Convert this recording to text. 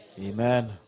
Amen